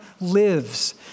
lives